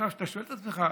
אתה שואל את עצמך,